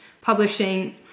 publishing